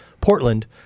portland